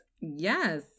Yes